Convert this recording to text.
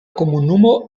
komunumo